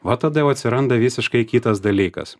va tada jau atsiranda visiškai kitas dalykas